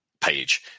page